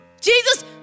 Jesus